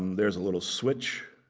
there's a little switch.